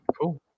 Cool